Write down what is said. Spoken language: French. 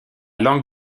langue